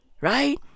Right